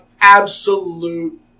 absolute